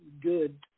good